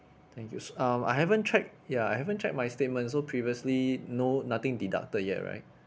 thank you so um I haven't check ya I haven't checked my statements so previously no nothing deducted yet right